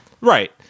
Right